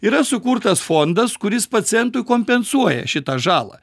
yra sukurtas fondas kuris pacientui kompensuoja šitą žalą